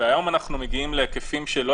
והיום אנחנו מגיעים להיקפים שאומנם